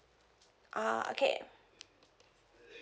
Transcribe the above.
ah okay